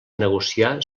negociar